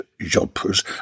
jumpers